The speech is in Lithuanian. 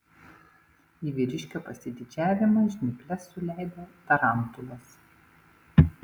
į vyriškio pasididžiavimą žnyples suleido tarantulas